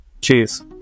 cheers